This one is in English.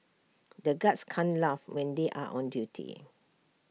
the guards can't laugh when they are on duty